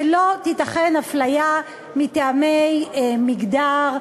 שלא תיתכן הפליה מטעמי מגדר,